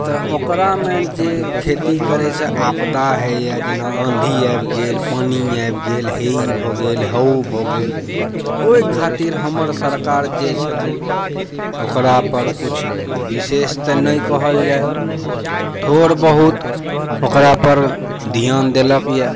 तऽ ओकरामे जे खेती करैसँ आपदा होइए जेना आँधी आबि गेल पानि आबि गेल हे ई भए गेल हे ओ भए गेल ओहि खातिर हमर सरकार जे छथिन ओकरापर कुछ विशेष तऽ नहि कहल जाइ थोड़ बहुत ओकरापर ध्यान देलक यऽ